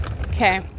Okay